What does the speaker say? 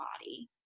body